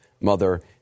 mother